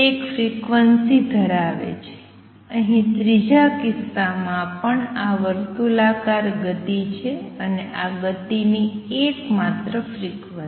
તે એક ફ્રિક્વન્સી ધરાવે છે અને અહીં ત્રીજા કિસ્સામાં પણ આ વર્તુલાકાર ગતિ છે આ ગતિની એક માત્ર ફ્રિક્વન્સી છે